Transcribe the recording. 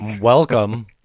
Welcome